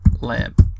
lamp